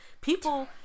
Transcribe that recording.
People